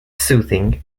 soothing